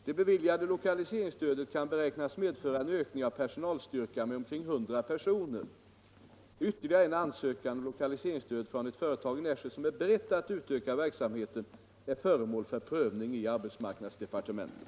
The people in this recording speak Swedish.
Det beviljade lokaliseringsstödet kan beräknas medföra en ökning av personalstyrkan med omkring 100 personer. Ytterligare en ansökan om lokaliseringsstöd från ett företag i Nässjö som är berett att utöka verksamheten är föremål för prövning i arbetsmarknadsdepartementet.